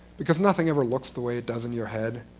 because nothing ever looks the way it does in your head,